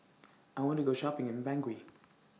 I want to Go Shopping in Bangui